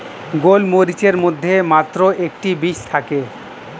গোলমরিচের মধ্যে মাত্র একটি বীজ থাকে